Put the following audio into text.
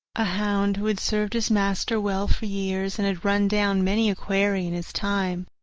a hound who had served his master well for years, and had run down many a quarry in his time,